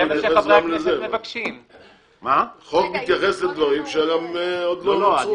החוק מתייחס לדברים שעדיין עוד לא נוצרו.